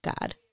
God